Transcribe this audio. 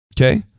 Okay